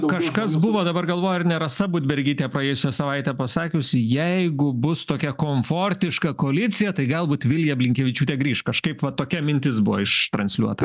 kažkas buvo dabar galvoju ar ne rasa budbergytė praėjusią savaitę pasakiusi jeigu bus tokia komfortiška koalicija tai galbūt vilija blinkevičiūtė grįš kažkaip va tokia mintis buvo ištransliuota